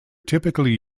typically